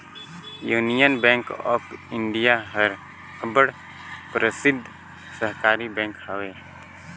union bank of India हर अब्बड़ परसिद्ध सहकारी बेंक हवे